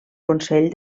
consell